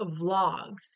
vlogs